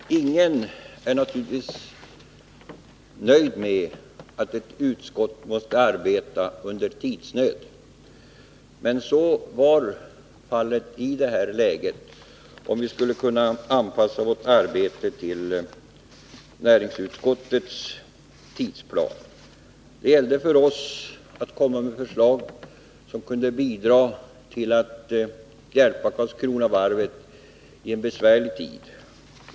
Herr talman! Ingen är naturligtvis nöjd med att ett utskott måste arbeta under tidsnöd. Men så var fallet i detta läge, om vi skulle anpassa vårt arbete till näringsutskottets tidsplan. Det gällde för oss att komma med förslag som kunde hjälpa Karlskronavarvet i en besvärlig tid.